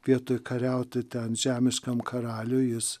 vietoj kariauti ten žemiškam karaliui jis